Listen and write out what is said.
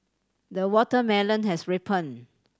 the watermelon has ripened